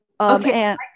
Okay